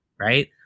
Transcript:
right